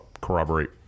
corroborate